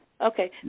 Okay